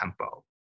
tempo